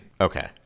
Okay